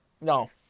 No